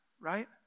right